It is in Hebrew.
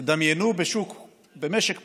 תדמיינו במשק פרטי,